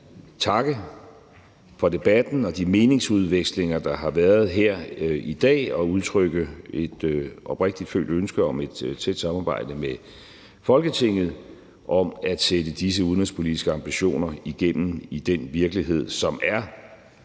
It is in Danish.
takke for debatten og de meningsudvekslinger, der har været her i dag, og udtrykke et oprigtigt følt ønske om et tæt samarbejde med Folketinget om at sætte disse udenrigspolitiske ambitioner igennem i den virkelighed, som er